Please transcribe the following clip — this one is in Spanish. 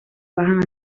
bajan